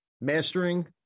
Mastering